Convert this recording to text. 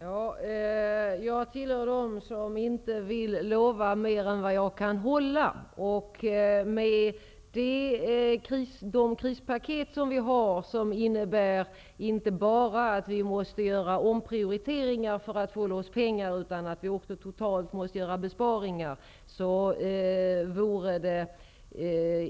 Herr talman! Jag tillhör dem som inte vill lova mer än vad jag kan hålla. De krispaket som har lagts fram innebär inte bara att göra omprioriteringar för att få loss pengar, utan också att göra besparingar totalt sett. Det vore därför